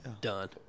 Done